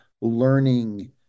learning